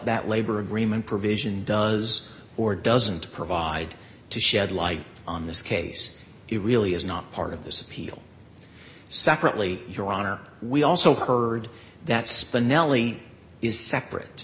that labor agreement provision does or doesn't provide to shed light on this case it really is not part of this appeal separately your honor we also heard that spinelli is separate